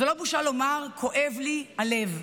זו לא בושה לומר: כואב לי הלב,